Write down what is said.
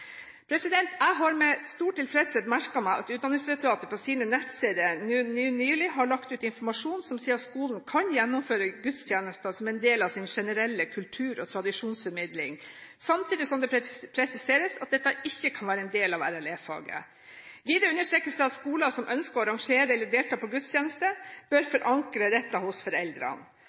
Jeg har med stor tilfredshet merket meg at Utdanningsdirektoratet på sine nettsider nå nylig har lagt ut informasjon som sier at skolen kan gjennomføre gudstjenester som en del av sin generelle kultur- og tradisjonsformidling, samtidig som det presiseres at dette ikke kan være en del av RLE-faget. Videre understrekes det at skoler som ønsker å arrangere eller delta på gudstjeneste, bør forankre dette hos foreldrene.